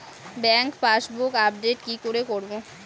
Bank passbook update কি করে করবো?